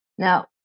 Now